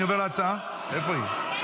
אני עובר להצעה, איפה היא?